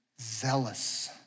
zealous